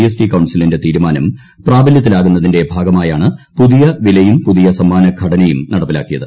estuary കൌൺസിലിന്റെ തീരുമാനം പ്രാബലൃത്തിലാകുന്നതിന്റെ ഭാഗ്മായാണ് പുതിയ വിലയും പുതിയ സമ്മാന ഘടനയും ന്ടപ്പിലാക്കിയത്